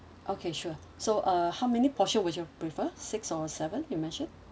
okay sure so uh how many portion would you prefer six or seven you mentioned